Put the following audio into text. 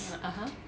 ah (uh huh)